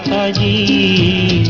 id